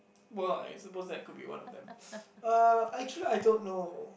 well I suppose that could be one of them uh actually I don't know